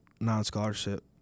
non-scholarship